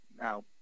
Now